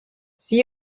see